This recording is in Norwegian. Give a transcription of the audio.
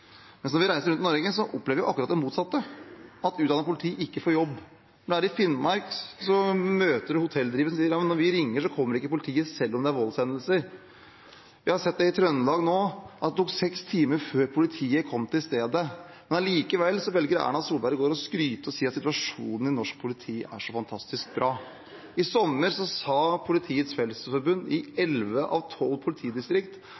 Men når vi reiser rundt i Norge, opplever vi akkurat det motsatte – at utdannet politi ikke får jobb. I Finnmark møter vi hotelldrivere som sier at når de ringer, kommer ikke politiet selv om det er voldshendelser. Jeg har nå sett at i Trøndelag tok det seks timer før politiet kom til stedet, men allikevel valgte Erna Solberg i går å skryte og si at situasjonen i norsk politi er så fantastisk bra. I sommer sa Politiets Fellesforbund at i